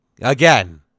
Again